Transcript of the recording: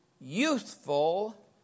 youthful